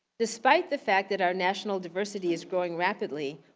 despite the fact that our national diversity is growing rapidly,